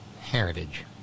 heritage